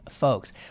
folks